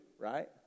Right